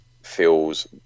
feels